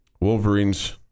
Wolverines